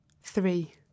Three